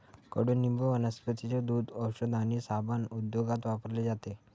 कडुनिंब वनस्पतींचे दूध, औषध आणि साबण उद्योगात वापरले जाते